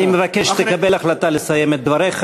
אני מבקש שתקבל החלטה לסיים את דבריך.